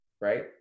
right